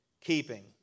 keeping